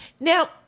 Now